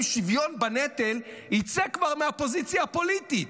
"שוויון בנטל" יצא כבר מהפוזיציה הפוליטית?